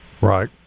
Right